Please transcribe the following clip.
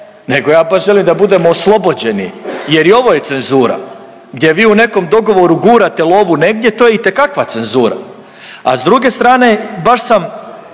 nego ja baš želim da budemo oslobođeni jer i ovo je cenzura gdje vi u nekom dogovoru gurate lovu negdje to je itekakva cenzura. A s druge strane baš sam